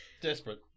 Desperate